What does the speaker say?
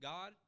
God